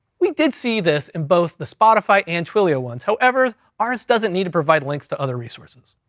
we did see this in both the spotify, and twilio ones. however, ours doesn't need to provide links to other resources.